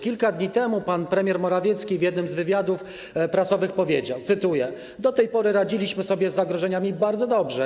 Kilka dni temu pan premier Morawiecki w jednym z wywiadów prasowych powiedział, cytuję: Do tej pory radziliśmy sobie z zagrożeniami bardzo dobrze.